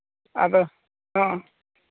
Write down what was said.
ᱟᱫᱚ ᱱᱚᱜᱼᱚᱭ